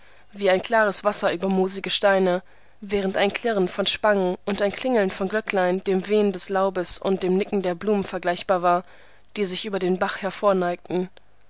wie klares wasser über moosige steine während ein klirren von spangen und ein klingeln von glöcklein dem wehen des laubes und dem nicken der blumen vergleichbar war die sich über den bach